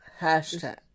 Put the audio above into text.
Hashtag